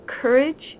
courage